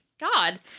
God